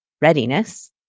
readiness